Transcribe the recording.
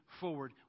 forward